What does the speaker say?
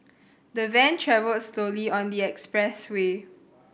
the van travelled slowly on the expressway